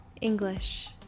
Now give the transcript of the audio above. English